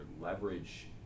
leverage